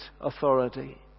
authority